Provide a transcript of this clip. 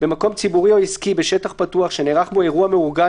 "(4)במקום ציבורי או עסקי בשטח פתוח שנערך בו אירוע מאורגן